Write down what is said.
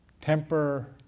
temper